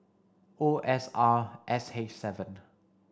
O S R X H seven